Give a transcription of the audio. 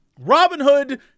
Robinhood